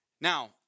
Now